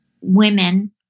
women